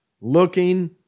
looking